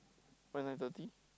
why nine thirty